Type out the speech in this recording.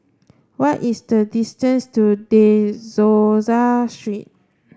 what is the distance to De Souza Street